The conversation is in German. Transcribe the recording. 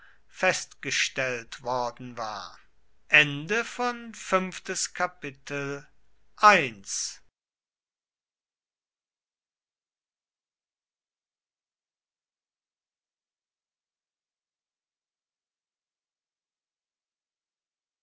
festgestellt worden war